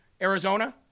Arizona